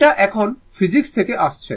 এটা এখন ফিজিক্স থেকে এসেছে